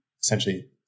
essentially